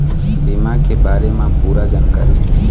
बीमा के बारे म पूरा जानकारी?